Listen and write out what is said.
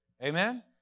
Amen